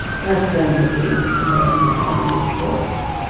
and i corner the game that dwells in my underwater forests.